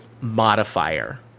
modifier